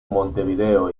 montevideo